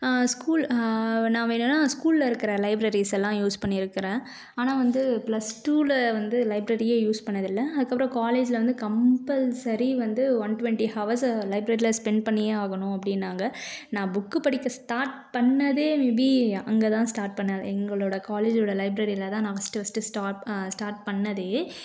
school நான் வேணும்னா ஸ்கூல்ல இருக்கிற லைப்ரரிஸெல்லாம் யூஸ் பண்ணியிருக்குறேன் ஆனால் வந்து பிளஸ்டூவில வந்து லைப்ரரியே யூஸ் பண்ணிணது இல்லை அதுக்கப்புறம் காலேஜ்ல வந்து கம்ப்பல்சரி வந்து ஒன் டுவெண்ட்டி ஹவர்ஸ் லைப்ரரியில ஸ்பெண்ட் பண்ணியே ஆகணும் அப்படின்னாங்க நான் புக் படிக்க ஸ்டார்ட் பண்ணிணதே மே பி அங்கே தான் ஸ்டார்ட் பண்ணிண எங்களோடய காலேஜ்ஜோடய லைப்ரரியிலதான் நான் ஃபஸ்ட் ஃபர்ஸ்ட் ஸ்டார்ட் ஸ்டார்ட் பண்ணதே